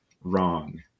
wrong